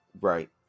Right